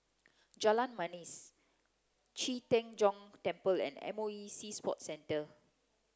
Jalan Manis Qi Tian Gong Temple and M O E Sea Sports Centre